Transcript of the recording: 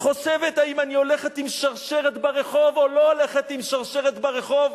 חושבת האם אני הולכת עם שרשרת ברחוב או לא הולכת עם שרשרת ברחוב,